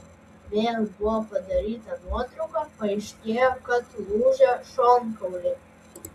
vėl buvo padaryta nuotrauka paaiškėjo kad lūžę šonkauliai